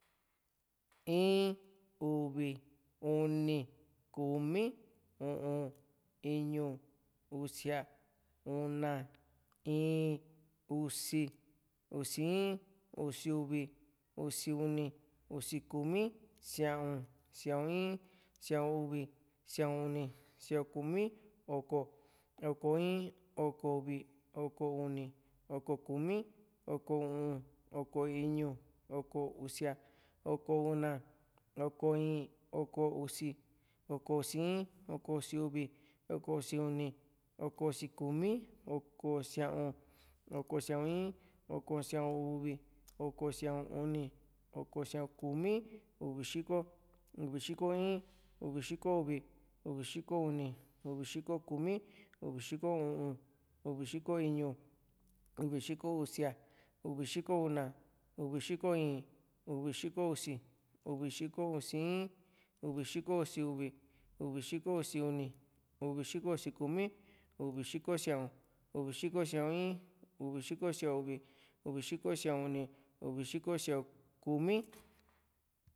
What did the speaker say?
in uvi uni kumi u´un iñu usia una íín usi usi in usi uvi usi uni usi kumi sia´un sia´un in sia´un uvi sia´un uni sia´un kumi oko oko in oko uvi oko uni oko kumi oko u´un oko iñu oko usia oko una oko íín oko usi oko usi in oko usi uvi oko usi uni oko usi kumi oko sia´un oko sia´un in oko sia´un uvi oko sia´un uni oko sia´un kumi uvi xiko uvi xiko in uvi xiko uni uvi xiko kumi uvi xiko u´un uvi xiko iñu uvi xiko usia uvi xiko una uvi xiko íín uvi xiko usi uvi xiko usi in uvi xiko usi uvi uvi xiko usi uni uvi xiko kumi uvi xiko sia´un uvi xiko sia´un in uvi xiko sia´un uni uvi xiko sia´un uni uvi xiko sia´un kumi